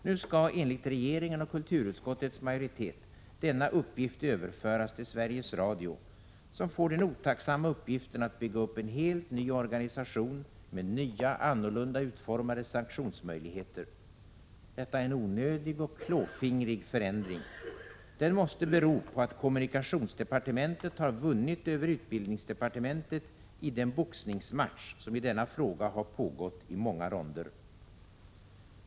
Nu skall enligt regeringen och kulturutskottets majoritet denna uppgift överföras till Sveriges Radio som får den otacksamma uppgiften att bygga upp en helt ny organisation med nya, annorlunda utformade sanktionsmöjligheter. Detta är en onödig och klåfingrig förändring. Den måste bero på att kommunikationsdepartementet har vunnit över utbildningsdepartementet i den boxningsmatch som i denna fråga har pågått i många ronder.